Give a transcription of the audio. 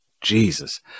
Jesus